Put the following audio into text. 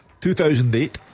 2008